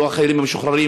לא החיילים המשוחררים,